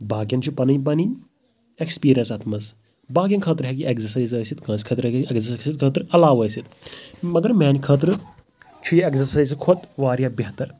باقِیَن چھُ پَنٕنۍ پَنٕنۍ اٮ۪کسپیٖرٮ۪س اَتھ منٛز باقِیَن خٲطرٕ ہٮ۪کہِ یہِ اٮ۪گزَسایِز ٲسِتھ کٲنٛسہِ خٲطرٕ علاوٕ ٲسِتھ مگر میٛانہِ خٲطرٕ چھُ یہِ اٮ۪گزَسایزِ کھۄت واریاہ بہتَر